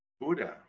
Buddha